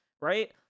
right